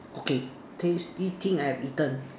okay taste this thing I return